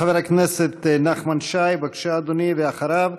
חבר הכנסת נחמן שי, בבקשה, אדוני, ואחריו,